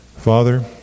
Father